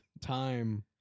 time